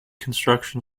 construction